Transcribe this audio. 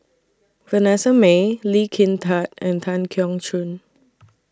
Vanessa Mae Lee Kin Tat and Tan Keong Choon